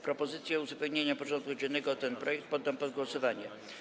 Propozycję uzupełnienia porządku dziennego o ten punkt poddam pod głosowanie.